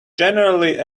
generally